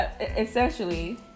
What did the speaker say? essentially